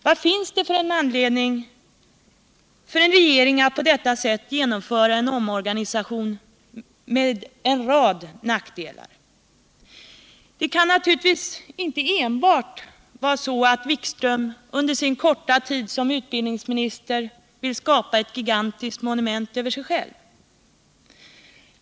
Vad finns det för anledning för en regering att på detta sätt genomföra en organisation med en rad nackdelar? Det kan ju inte enbart vara så att Jan-Erik Wikström under sin korta tid som utbildningsminister vill skapa ett gigantiskt monument över sig själv.